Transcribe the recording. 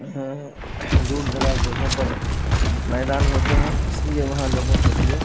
دور دراز جگہوں پر میدان ہوتے ہیں اس لیے وہاں لوگوں کے لیے